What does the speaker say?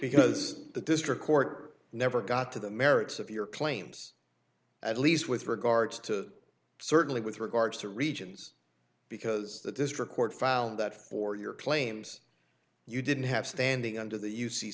because the district court never got to the merits of your claims at least with regard to certainly with regard to the regions because the district court filed that for your claims you didn't have standing under the u